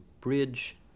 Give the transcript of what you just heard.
bridge